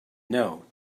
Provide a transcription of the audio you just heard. know